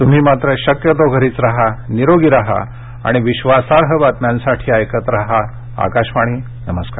तृम्ही मात्र शक्यतो घरीच राहा निरोगी राहा आणि विश्वासार्ह बातम्यांसाठी ऐकत राहा आकाशवाणी नमरुकार